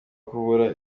kubura